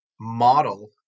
model